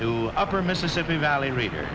to upper mississippi valley reader